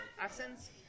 accents